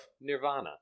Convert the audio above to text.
nirvana